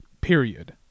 period